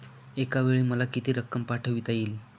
एकावेळी मला किती रक्कम पाठविता येईल?